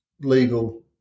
legal